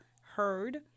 heard